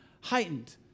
heightened